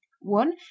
one